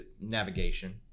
navigation